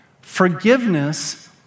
Forgiveness